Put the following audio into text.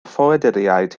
ffoaduriaid